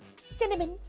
Cinnamon